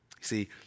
See